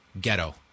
Ghetto